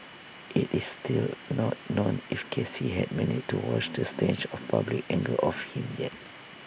IT is still not known if Casey had managed to wash the stench of public anger off him yet